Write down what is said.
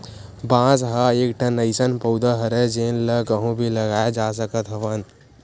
बांस ह एकठन अइसन पउधा हरय जेन ल कहूँ भी लगाए जा सकत हवन